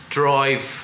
drive